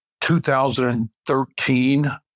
2013